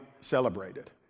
celebrated